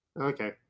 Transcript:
Okay